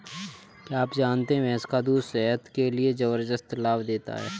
क्या आप जानते है भैंस का दूध सेहत के लिए जबरदस्त लाभ देता है?